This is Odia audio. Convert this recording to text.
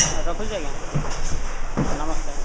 ରଖୁଛି ଆଜ୍ଞା ନମସ୍କାର